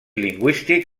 lingüístic